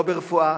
לא ברפואה,